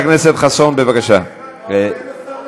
הכול בסדר.